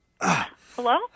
Hello